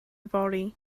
fory